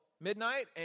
midnight